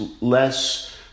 less